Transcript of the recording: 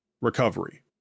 Recovery